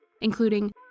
including